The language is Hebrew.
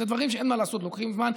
אלה דברים שאין מה לעשות, לוקחים זמן.